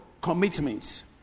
commitments